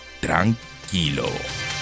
tranquilo